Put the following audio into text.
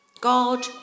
God